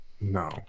No